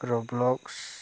Roblox